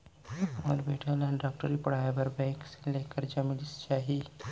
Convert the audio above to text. मोर बेटा ल डॉक्टरी पढ़ाये बर का बैंक ले करजा मिलिस जाही?